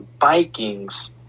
Vikings